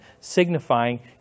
signifying